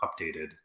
updated